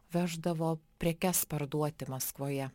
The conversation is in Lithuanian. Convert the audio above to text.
veždavo prekes parduoti maskvoje